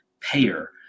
payer